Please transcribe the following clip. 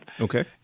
Okay